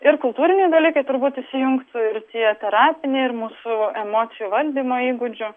ir kultūriniai dalykai turbūt įsijungtų ir tie terapiniai ir mūsų emocijų valdymo įgūdžių